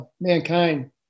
mankind